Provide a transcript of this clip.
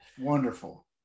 Wonderful